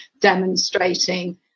demonstrating